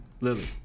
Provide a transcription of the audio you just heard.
Lily